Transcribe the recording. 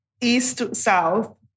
East-south